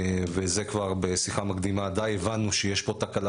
וכבר בשיחה מקדימה די הבנו שיש פה תקלה